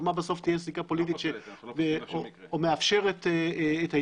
ומה בסוף תהיה זיקה פוליטית מאפשרת את ההתמודדות.